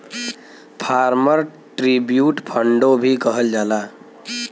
farmer tribute फ़ंडो भी कहल जाला